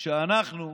כשאנחנו,